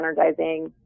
energizing